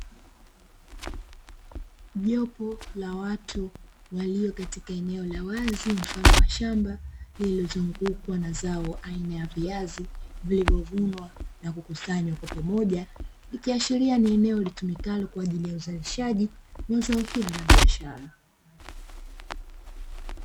Jopo la watu walio katika eneo la wazi mfano wa shamba, lililozungukwa na zao aina ya viazi vilivyovunwa na kukusanywa kwa pamoja ikiashiria ni eneo litumikalo kwa ajili ya uzalishaji wa zao hili la biashara.